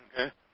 okay